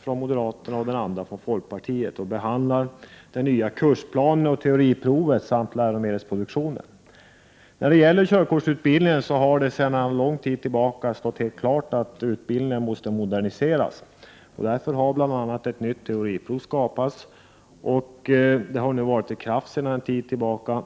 från moderaterna och folkpartiet och behandlar den nya kursplanen och teoriprovet samt läromedelsproduktionen. Det har länge stått helt klart att körkortsutbildningen måste moderniseras. Därför har bl.a. ett nytt teoriprov tillkommit, och det har använts sedan en tid tillbaka.